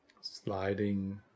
sliding